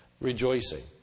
rejoicing